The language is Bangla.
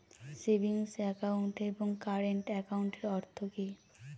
সেভিংস একাউন্ট এবং কারেন্ট একাউন্টের অর্থ কি?